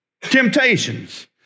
Temptations